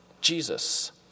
Jesus